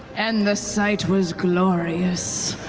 and the sight was glorious.